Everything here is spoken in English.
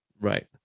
Right